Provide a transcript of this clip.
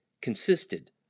consisted